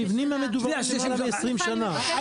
המבנים המדוברים הם למעלה מ-20 שנה.